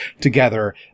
together